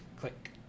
click